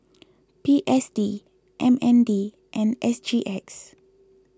P S D M N D and S G X